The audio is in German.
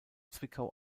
zwickau